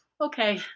okay